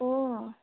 অ'